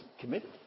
committed